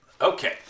Okay